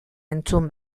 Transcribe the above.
entzun